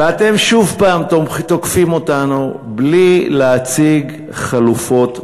ואתם שוב הפעם תוקפים אותנו בלי להציג חלופות מתאימות.